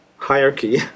Hierarchy